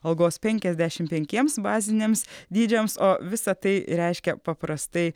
algos penkiasdešimt penkiems baziniams dydžiams o visą tai reiškia paprastai